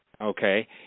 Okay